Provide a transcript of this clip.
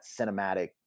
cinematic